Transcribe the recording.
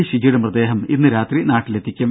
ഷിജിയുടെ മൃതദേഹം ഇന്ന് രാത്രി നാട്ടിലെത്തിക്കും